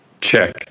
Check